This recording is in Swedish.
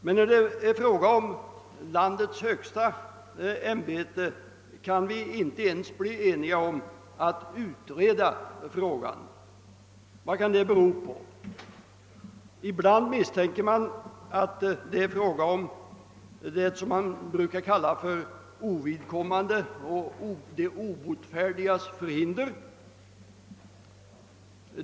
Men när det är tal om landets högsta ämbete kan vi inte ens enas om att utreda frågan. Vad kan det bero på? Ibland misstänker man att det rör sig om vad vi brukar kalla den obotfärdiges förhinder.